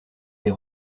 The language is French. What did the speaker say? des